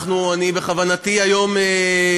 בכוונתי לסיים,